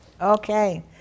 Okay